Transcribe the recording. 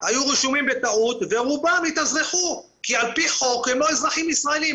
היו רשומים בטעות ורובם התאזרחו כי על פי חוק הם לא אזרחים ישראלים.